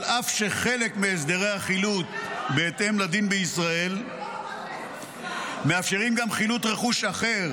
על אף שחלק מהסדרי החילוט בהתאם לדין בישראל מאפשרים גם חילוט רכוש אחר,